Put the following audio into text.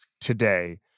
today